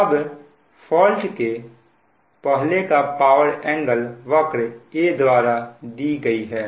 अब फॉल्ट के पहले का पावर एंगल वक्र A द्वारा दी गई है